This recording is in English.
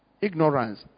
Ignorance